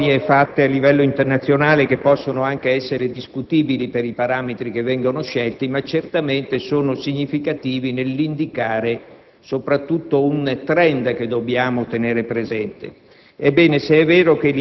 graduatorie fatte a livello internazionale, che possono anche essere discutibili per i parametri che vengono scelti, ma che certamente sono significative soprattutto nell'indicare un *trend* che dobbiamo tener presente.